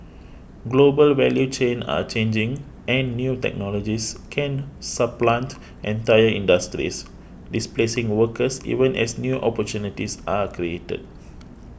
global value chains are changing and new technologies can supplant entire industries displacing workers even as new opportunities are created